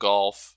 Golf